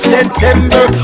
September